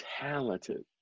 talented